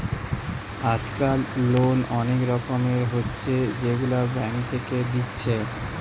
আজকাল লোন অনেক রকমের হচ্ছে যেগুলা ব্যাঙ্ক থেকে দিচ্ছে